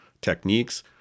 techniques